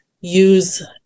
use